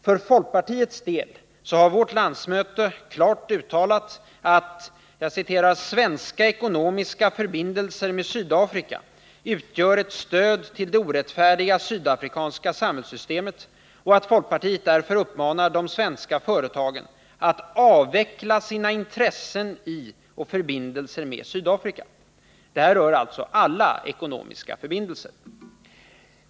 För folkpartiets del har vårt landsmöte klart uttalat att ”svenska ekonomiska förbindelser med Sydafrika utgör ett stöd till det orättfärdiga sydafrikanska samhällssystemet”, och folkpartiet uppmanar därför de svenska företagen ”att avveckla sina intresseni och förbindelser med Sydafrika”. Detta rör alltså alla ekonomiska förbindelser.